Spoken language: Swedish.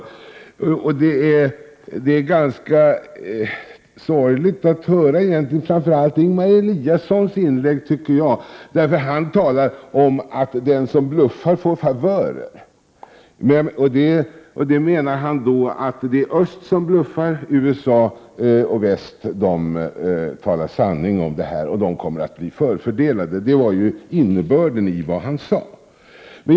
Jag tycker att det egentligen är ganska sorgligt att höra, framför allt Prot. 1988/89:123 Ingemar Eliassons inlägg, eftersom man talar om att den som bluffar får 29 maj 1989 favörer. Han menar då att det är öst som bluffar. USA och väst talar sanning och kommer därmed att bli förfördelade. Detta var innebörden i det som han sade.